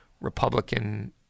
republican